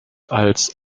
als